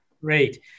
Great